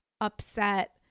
upset